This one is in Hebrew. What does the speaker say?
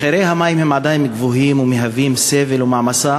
מחירי המים הם עדיין גבוהים ומהווים סבל ומעמסה,